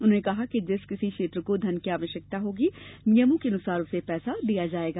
उन्होंने कहा कि जिस किसी क्षेत्र को धन की आवश्यकता होगी नियमों के अनुसार उसे पैसा दिया जायेगा